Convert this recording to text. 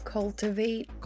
Cultivate